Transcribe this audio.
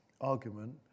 argument